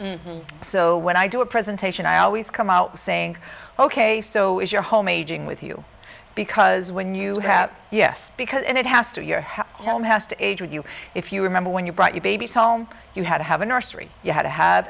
so when i do a presentation i always come out saying ok so is your home aging with you because when you have yes because it has to your health hell has to age with you if you remember when you brought your babies home you had to have a nursery you had to have